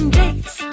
dates